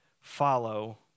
follow